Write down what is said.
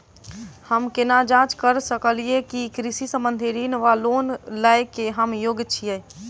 हम केना जाँच करऽ सकलिये की कृषि संबंधी ऋण वा लोन लय केँ हम योग्य छीयै?